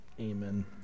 amen